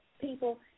people